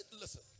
Listen